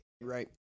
right